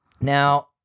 now